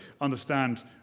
understand